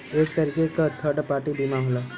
एक तरीके क थर्ड पार्टी बीमा होला